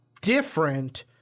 different